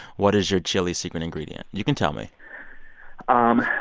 what is your chili secret ingredient? you can tell me um